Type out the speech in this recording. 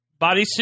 bodysuit